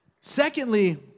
Secondly